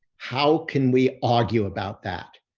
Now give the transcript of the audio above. how can we argue about that?